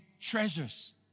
treasures